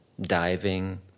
diving